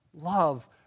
Love